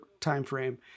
timeframe